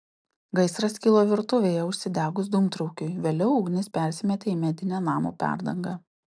gaisras kilo virtuvėje užsidegus dūmtraukiui vėliau ugnis persimetė į medinę namo perdangą